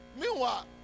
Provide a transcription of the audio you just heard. Meanwhile